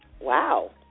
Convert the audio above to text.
Wow